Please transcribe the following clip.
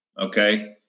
okay